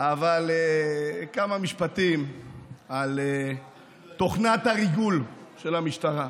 אבל כמה משפטים על תוכנת הריגול של המשטרה.